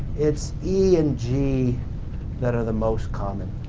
it's e and g that are the most common.